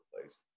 place